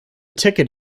ticket